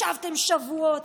ישבתם שבועות,